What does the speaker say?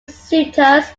suitors